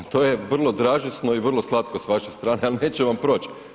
To je vrlo dražesno i vrlo slatko s vaše strane ali neće vam proći.